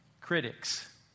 critics